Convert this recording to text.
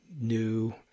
new